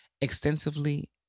Extensively